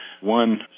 One